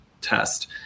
test